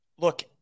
Look